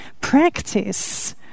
practice